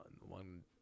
one